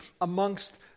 amongst